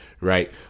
Right